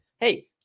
hey